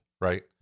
right